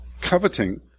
Coveting